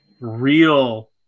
real